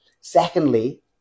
Secondly